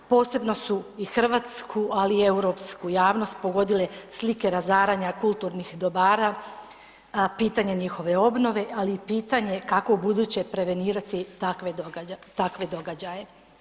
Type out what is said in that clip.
Posebno su i hrvatsku, ali i europsku javnost pogodile slike razaranja kulturnih dobara, pitanje njihove obnove, ali i pitanje kako ubuduće prevenirati takve događaje.